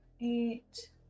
Eight